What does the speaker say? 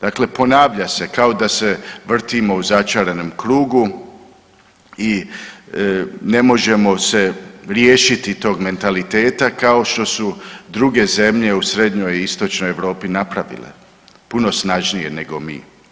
Dakle, ponavlja se, kao da se vrtimo u začaranom krugu i ne možemo se riješiti tog mentaliteta kao što su druge zemlje u srednjoj i istočnoj Europi napravile puno snažnije nego mi.